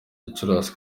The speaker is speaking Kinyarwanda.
gicurasi